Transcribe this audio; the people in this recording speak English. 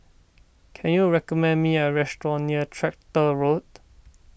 can you recommend me a restaurant near Tractor Road